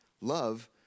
Love